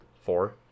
Four